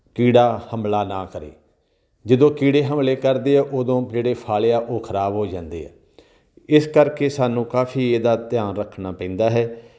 ਕੀੜਾ ਹਮਲਾ ਨਾ ਕਰੇ ਜਦੋਂ ਕੀੜੇ ਹਮਲੇ ਕਰਦੇ ਆ ਉਦੋਂ ਜਿਹੜੇ ਫਲ ਆ ਉਹ ਖਰਾਬ ਹੋ ਜਾਂਦੇ ਆ ਇਸ ਕਰਕੇ ਸਾਨੂੰ ਕਾਫੀ ਇਹਦਾ ਧਿਆਨ ਰੱਖਣਾ ਪੈਂਦਾ ਹੈ